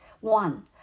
One